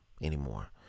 anymore